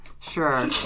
Sure